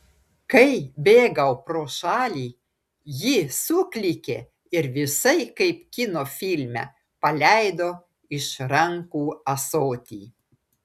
kai bėgau pro šalį ji suklykė ir visai kaip kino filme paleido iš rankų ąsotį